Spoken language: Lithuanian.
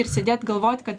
ir sėdėt galvot kad